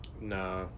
Nah